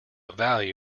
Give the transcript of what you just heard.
value